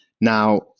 now